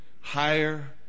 Higher